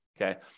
Okay